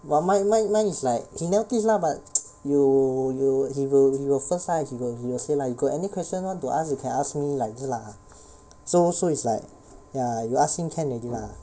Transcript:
!wah! mine mine mine is like he never teach lah but you you he will he will first time he will he will say like you got any question want to ask you can ask me like this lah so so it's like ya you ask him can already lah